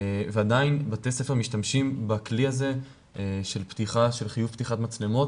ועדיין בתי הספר משתמשים בכלי הזה של חיוב פתיחת מצלמות